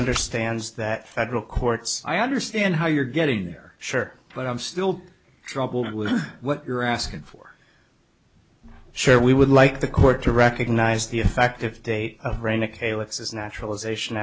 understands that federal courts i understand how you're getting there sure but i'm still troubled with what you're asking for sure we would like the court to recognize the effective date of rayna calix as naturalization